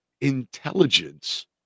intelligence